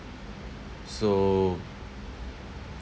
so